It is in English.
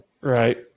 right